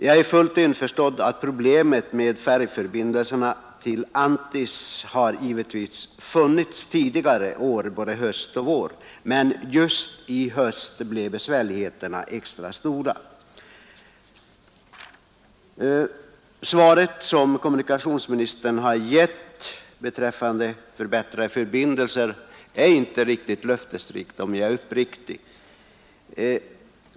Jag är fullt införstådd med att problemet med färjförbindelserna till Anttis har funnits tidigare år både höst och vår. Men just i höst blev besvärligheterna extra stora. Svaret som kommunikationsministern har lämnat är inte riktigt löftesrikt, om jag skall vara uppriktig.